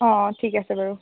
অ ঠিক আছে বাৰু